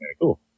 Cool